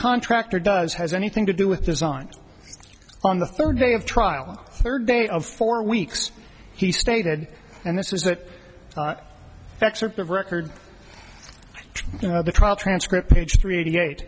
contractor does has anything to do with design on the third day of trial third day of four weeks he stated and this is that excerpt of record you know the trial transcript page three eighty eight